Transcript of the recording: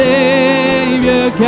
Savior